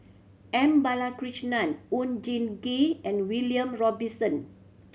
M Balakrishnan Oon Jin Gee and William Robinson